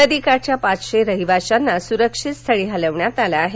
नदीकाठच्या पाचशे रहिवाशांना सुरक्षितस्थळी हलवण्यात आले आहे